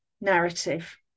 narrative